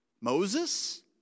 Moses